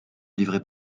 livrer